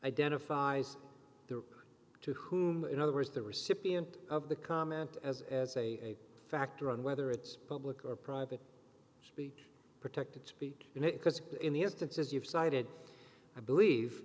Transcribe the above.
identifies the to whom in other words the recipient of the comment as as a factor on whether it's public or private be protected speak in it because in the instances you've cited i believe